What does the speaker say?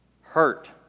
hurt